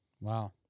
Wow